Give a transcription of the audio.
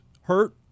hurt